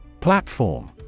Platform